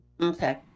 Okay